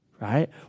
right